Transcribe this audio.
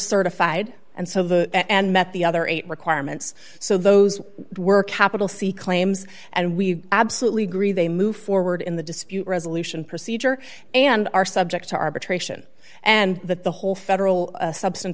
certified and so the and met the other eight requirements so those were capital c claims and we absolutely agree they move forward in the dispute resolution procedure and are subject to arbitration and that the whole federal substan